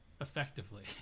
effectively